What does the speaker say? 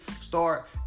start